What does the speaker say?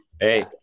Hey